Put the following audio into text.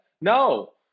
No